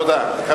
תודה.